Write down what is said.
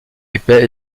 épais